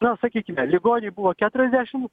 na sakykime ligoniui buvo keturiasdešim